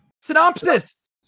Synopsis